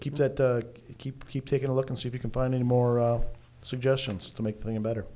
keep that you keep keep taking a look and see if you can find any more suggestions to make things better